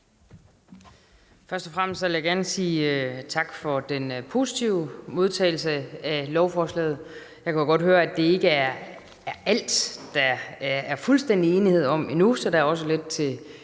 Først og fremmest vil jeg gerne sige tak for den positive modtagelse af lovforslaget. Jeg kunne jo godt høre, at det ikke er alt, der er fuldstændig enighed om endnu, så der er også lidt til